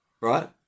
Right